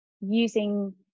using